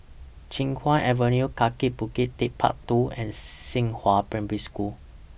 Chiap Guan Avenue Kaki Bukit Techpark two and Xinghua Primary School